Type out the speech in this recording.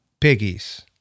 Piggies